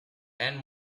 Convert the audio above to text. and